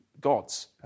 gods